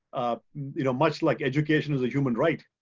you know much like education as a human right,